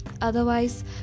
otherwise